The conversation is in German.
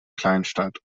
kleinstadt